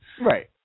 Right